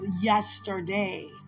yesterday